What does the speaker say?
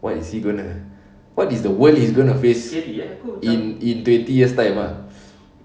what is he gonna what is the world he's gonna face in in twenty years' time ah